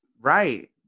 Right